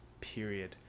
period